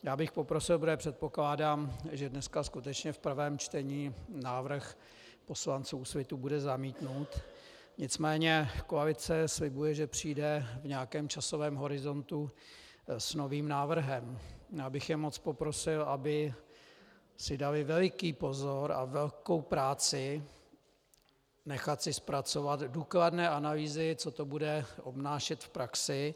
Já bych prosil, protože předpokládám, že dneska skutečně v prvém čtení návrh poslanců Úsvitu bude zamítnut, nicméně koalice slibuje, že přijde v nějakém časovém horizontu s novým návrhem, já bych je moc poprosil, aby si dali veliký pozor a velkou práci nechat si zpracovat důkladné analýzy, co to bude obnášet v praxi.